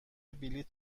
بلیط